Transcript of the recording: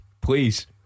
Please